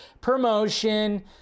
promotion